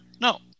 No